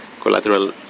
collateral